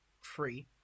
free